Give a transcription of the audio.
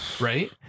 Right